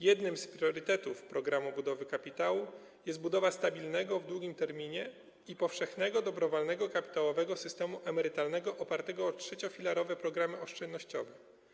Jednym z priorytetów „Programu budowy kapitału” jest budowa stabilnego w długim terminie i powszechnego dobrowolnego kapitałowego systemu emerytalnego opartego na trzeciofilarowych programach oszczędnościowych.